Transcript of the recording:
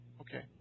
Okay